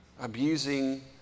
abusing